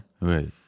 Right